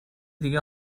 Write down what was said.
دیگه